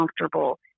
comfortable